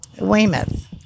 Weymouth